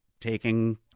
taking